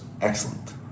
excellent